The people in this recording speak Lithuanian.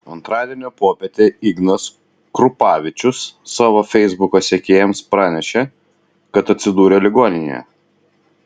antradienio popietę ignas krupavičius savo feisbuko sekėjams pranešė kad atsidūrė ligoninėje